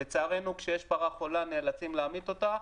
לצערנו, כשיש פרה חולה נאלצים להמית אותה.